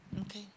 Okay